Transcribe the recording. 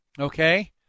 Okay